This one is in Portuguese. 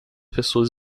pessoas